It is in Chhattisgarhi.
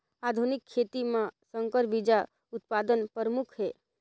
आधुनिक खेती म संकर बीज उत्पादन प्रमुख हे